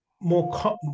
more